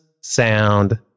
sound